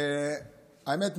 האמת,